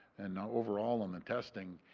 and overall in the testing,